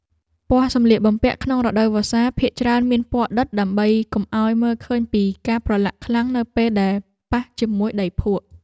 ពណ៌សម្លៀកបំពាក់ក្នុងរដូវវស្សាភាគច្រើនមានពណ៌ដិតដើម្បីកុំឱ្យមើលឃើញពីការប្រឡាក់ខ្លាំងនៅពេលដែលប៉ះជាមួយដីភក់។